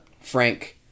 Frank